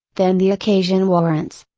than the occasion warrants.